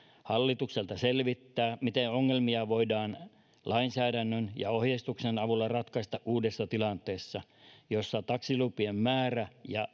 hallitukselta selvittää miten ongelmia voidaan lainsäädännön ja ohjeistuksen avulla ratkaista uudessa tilanteessa jossa taksilupien määrä ja